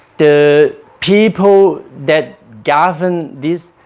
the people that govern this